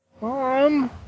mom